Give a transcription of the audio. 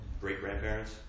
great-grandparents